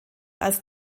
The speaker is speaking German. als